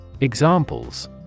Examples